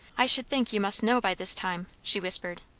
i should think you must know by this time, she whispered.